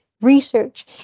research